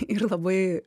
ir labai